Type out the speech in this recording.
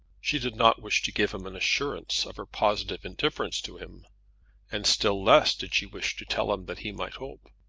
she did not wish to give him an assurance of her positive indifference to him and still less did she wish to tell him that he might hope.